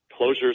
closures